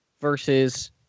versus